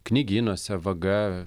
knygynuose vaga